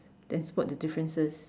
then spot the differences